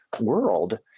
world